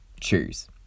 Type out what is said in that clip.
choose